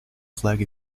flag